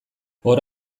hor